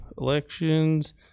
elections